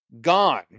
Gone